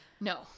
no